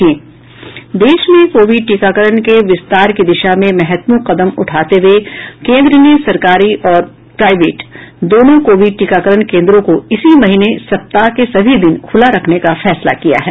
देश में कोविड टीकाकरण के विस्तार की दिशा में महत्वपूर्ण कदम उठाते हुए केन्द्र ने सरकारी और प्राइवेट दोनों कोविड टीकाकरण केंद्रों को इस महीने सप्ताह के सभी दिन खुला रखने का फैसला किया है